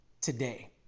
today